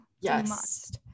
yes